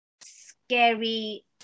scary